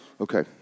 Okay